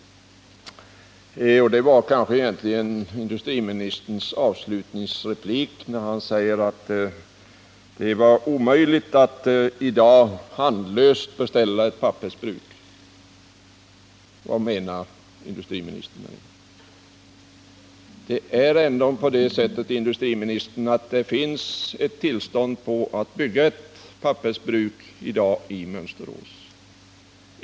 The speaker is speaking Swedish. Det var kanske främst industriministerns avslutningsreplik, där han sade att det är omöjligt att i dag handlöst bestämma sig för ett pappersbruk utan hänsyn till de andra. Vad menar industriministern med det? Det är ändå på det sättet, industriministern, att det i dag finns tillstånd att bygga ett pappersbruk i Mönsterås.